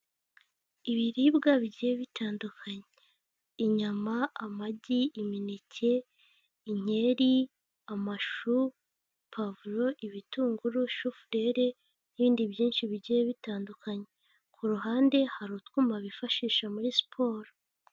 Ibribwa bigiye bitandukanya, inyama, amagi, imineke, inkeri ,amashu, pavuro ,ibitunguru ,shufureri n'ibindi byinshi bigiye bitandukanye. Ku ruhande hari utwuma bifashisha muri siporo.